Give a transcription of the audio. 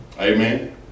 Amen